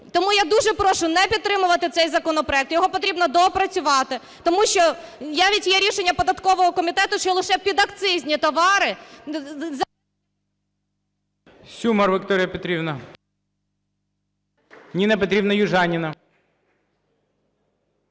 Тому я дуже прошу не підтримувати цей законопроект. Його потрібно доопрацювати, тому що навіть є рішення податкового комітету, що лише підакцизні товари…